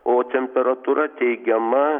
o temperatūra teigiama